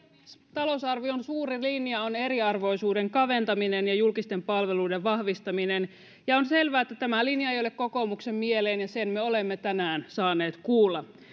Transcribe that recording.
talousarvion suuri linja on eriarvoisuuden kaventaminen ja julkisten palveluiden vahvistaminen ja on selvää että tämä linja ei ei ole kokoomuksen mieleen ja sen me olemme tänään saaneet kuulla